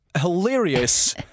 hilarious